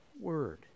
Word